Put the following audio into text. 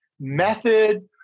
method